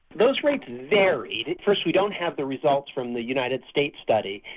those rates varied first we don't have the results from the united states study.